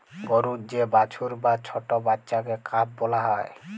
গরুর যে বাছুর বা ছট্ট বাচ্চাকে কাফ ব্যলা হ্যয়